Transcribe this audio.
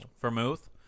Vermouth